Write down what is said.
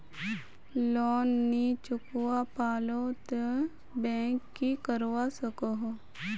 Loan नी चुकवा पालो ते बैंक की करवा सकोहो?